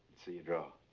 see you draw.